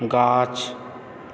गाछ